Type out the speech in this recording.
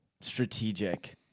strategic